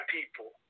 people